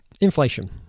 inflation